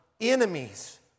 enemies